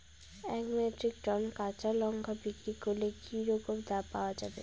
এক metric ton কাঁচা লঙ্কা বিক্রি করলে কি রকম দাম পাওয়া যাবে?